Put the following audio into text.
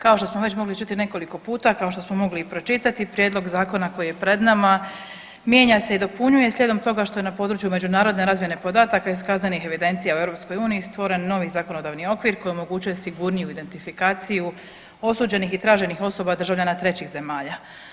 Kao što smo već mogli čuti nekoliko puta, kao što smo mogli i pročitati prijedlog zakona koji je pred nama mijenja se i dopunjuje slijedom toga što je na području međunarodne razmjene podataka iskazanih evidencija u EU stvoren novi zakonodavni okvir koji omogućuje sigurniju identifikaciju osuđenih i traženih osoba državljana trećih zemalja.